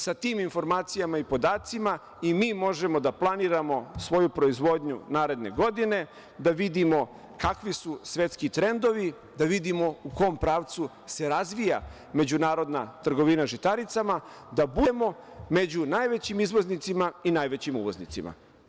Sa tim informacijama i podacima i mi možemo da planiramo svoju proizvodnju naredne godine, da vidimo kakvi su svetski trendovi, da vidimo u kom pravcu se razvija međunarodna trgovina žitaricama, da budemo među najvećim izvoznicima i najvećim uvoznicima.